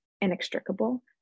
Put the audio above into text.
inextricable